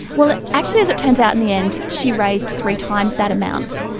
well, actually, as it turns out, in the end she raised three times that amount,